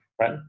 right